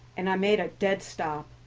and i made a dead stop.